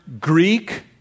Greek